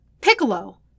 PICCOLO